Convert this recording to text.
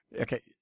Okay